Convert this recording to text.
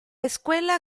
escuela